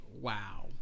wow